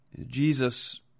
Jesus